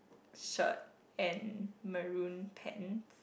shirt and maroon pants